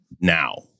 now